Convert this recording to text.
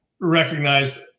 recognized